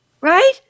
right